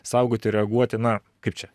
saugoti reaguoti na kaip čia